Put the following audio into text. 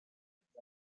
jumped